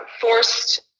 forced